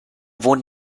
wohnt